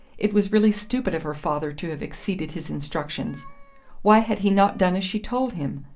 it was really stupid of her father to have exceeded his instructions why had he not done as she told him.